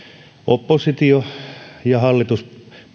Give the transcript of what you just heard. oppositio ja hallituspuolueitten